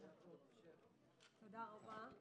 תודה רבה,